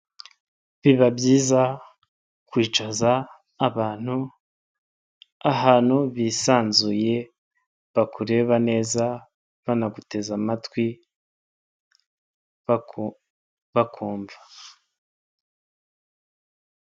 Biba byiza kwicaza abantu ahantu bisanzuye, bakureba neza, banaguteze amatwi bakubakumva.